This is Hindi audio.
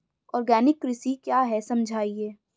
आर्गेनिक कृषि क्या है समझाइए?